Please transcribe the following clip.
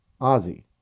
Ozzy